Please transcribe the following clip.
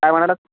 काय म्हणालात